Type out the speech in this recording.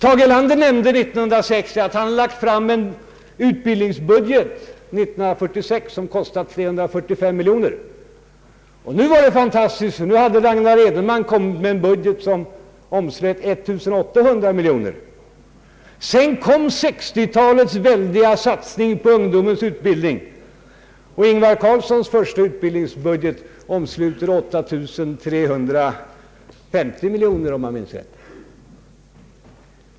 Tage Erlander nämnde 1960 att han 1946 lade fram en utbildningsbudget, som kostade 345 miljoner kronor. Nu var det fantastiskt, ty nu hade Ragnar Edenman kommit med en budget som omslöt 1 800 miljoner kronor. Sedan kom 1960-talets väldiga satsning på ungdomens utbildning, och Ingvar Carlssons första utbildningsbudget omsluter 8350 miljoner kronor, om jag minns Statsverkspropositionen m.m. rätt.